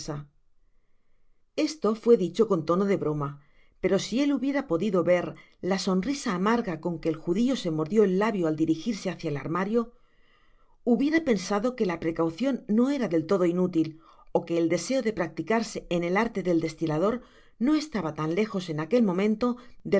esto fué dicho con tono dejíroma pero si él hubiera podido ver la sonrisa amarga con que el judio se mordió el labio al dirijirse hacia el armario hubiera pensado que la precaucion no era del todo inútil ó que el deseo do practicarse en el arte del destilador no estaba lejos en aquel momento